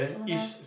so now